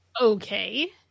okay